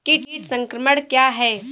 कीट संक्रमण क्या है?